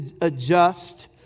adjust